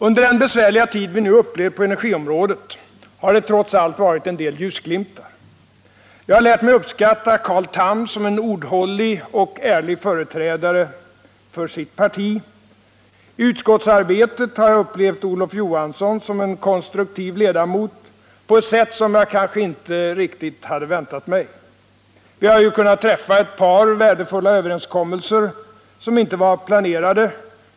Under den besvärliga tid som vi nu upplevt på energiområdet har det trots allt varit en del ljusglimtar. Jag har lärt mig uppskatta Carl Tham som en ordhållig och ärlig företrädare för sitt parti. I utskottsarbetet har jag upplevt Olof Johansson som en konstruktiv ledamot, på ett sätt som jag kanske inte riktigt hade väntat mig. Vi har ju kunnat träffa ett par värdefulla överenskommelser, som inte var planerade.